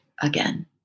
again